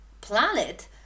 planet